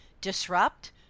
disrupt